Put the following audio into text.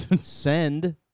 Send